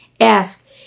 ask